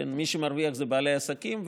מי שמרוויח הם בעלי העסקים,